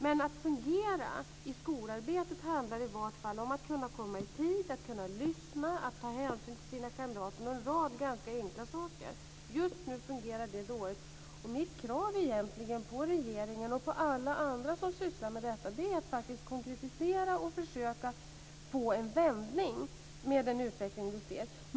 Men att fungera i skolarbetet handlar i vart fall om att kunna komma i tid, kunna lyssna, ta hänsyn till sina kamrater och en rad ganska enkla saker. Just nu fungerar detta dåligt. Mitt krav på regeringen och alla andra som sysslar med detta är att faktiskt konkretisera och försöka att få en vändning från den utveckling som vi ser.